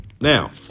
Now